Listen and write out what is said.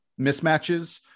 mismatches